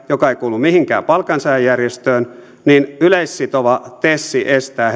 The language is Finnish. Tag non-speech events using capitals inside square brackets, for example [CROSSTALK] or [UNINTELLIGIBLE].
joka ei kuulu mihinkään palkansaajajärjestöön yleissitova tes estää [UNINTELLIGIBLE]